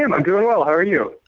and i'm doing well. how are you?